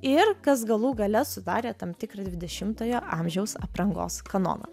ir kas galų gale sudarė tam tikrą dvidešimojo amžiaus aprangos kanoną